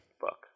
book